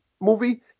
movie